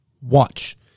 watch